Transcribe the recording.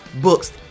books